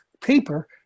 paper